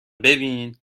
ببین